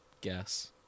guess